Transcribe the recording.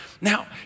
Now